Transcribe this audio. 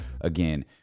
again